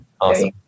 Awesome